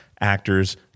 actors